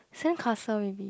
sandcastle maybe